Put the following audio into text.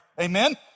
Amen